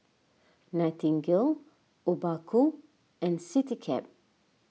Nightingale Obaku and CityCab